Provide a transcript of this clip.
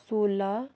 सोह्र